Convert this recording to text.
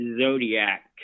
zodiac